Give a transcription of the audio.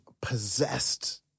possessed